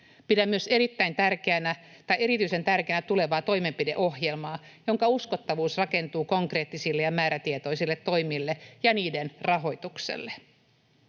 Pidän myös erityisen tärkeänä tulevaa toimenpideohjelmaa, jonka uskottavuus rakentuu konkreettisille ja määrätietoisille toimille ja niiden rahoitukselle.